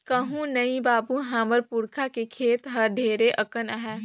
कुहू नइ बाबू, हमर पुरखा के खेत हर ढेरे अकन आहे